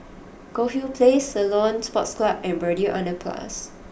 Goldhill Place Ceylon Sports Club and Braddell Underpass